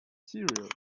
cereals